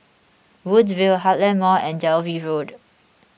Woodville Heartland Mall and Dalvey Road